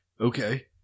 Okay